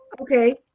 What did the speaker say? okay